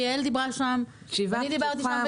יעל דיברה שם, ואני דיברתי שם.